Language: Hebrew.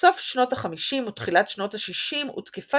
בסוף שנות החמישים ותחילת שנות השישים הותקפה